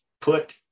put